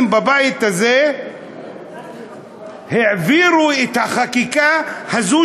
כנסת בבית הזה העבירו את החקיקה הזאת,